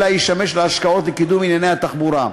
אלא ישמש להשקעות לקידום ענייני התחבורה,